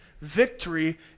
Victory